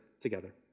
together